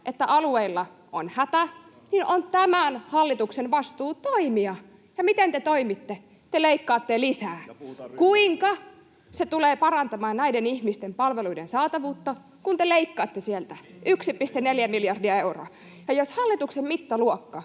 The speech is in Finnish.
että alueilla on hätä, niin on tämän hallituksen vastuulla toimia. Ja miten te toimitte? Te leikkaatte lisää. Kuinka se tulee parantamaan näiden ihmisten palveluiden saatavuutta, kun te leikkaatte sieltä 1,4 miljardia euroa? [Vilhelm Junnila: